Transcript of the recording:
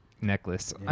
necklace